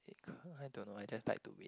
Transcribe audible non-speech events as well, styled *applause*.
*noise* I don't know I just like to win